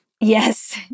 Yes